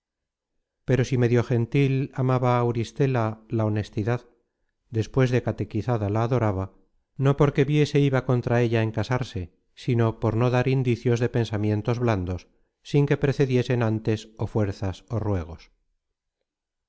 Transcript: pero si medio gentil amaba auristela la honestidad despues de catequizada la adoraba no porque viese iba contra ella en casarse sino por no dar indicios de pensamientos blandos sin que precediesen ántes ó fuerzas ó ruegos